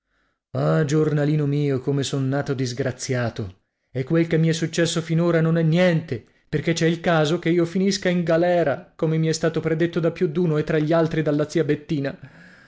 ah giornalino mio come son nato disgraziato e quel che mi è successo finora non è niente perché c'è il caso che io finisca in galera come mi è stato predetto da più d'uno e tra gli altri dalla zia bettina